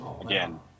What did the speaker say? Again